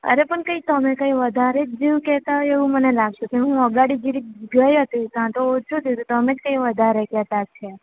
અરે પણ કંઈ તમે પણ કઈ વધારે જ કહેતા હોવ એવું મને લાગે છે હું અગાડી જરીક ગઈ હતી તાં તો શું થયું હતું કે ત્યાં તમે જ કઈ વધારે જ કહેતા છે